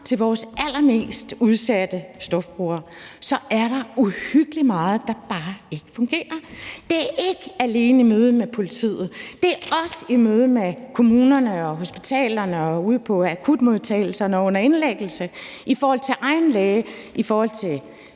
til vores allermest udsatte stofbrugere, er der uhyggelig meget, der bare ikke fungerer. Det er ikke alene i mødet med politiet. Det er også i mødet med kommunerne og hospitalerne og ude på akutmodtagelserne og under indlæggelse, i forhold til egen læge og i forhold til